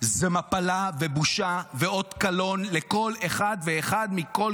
זו מפלה ובושה ואות קלון לכל אחד ואחד מכל